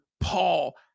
Paul